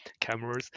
cameras